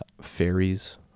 fairies